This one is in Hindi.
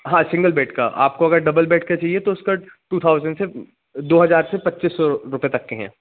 हाँ सिंगल बेड का आपको अगर डबल बेड का चाहिए तो उसका टू थाउज़ेंड से दो हज़ार से पच्चीस सौ रुपये तक के हैं